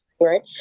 right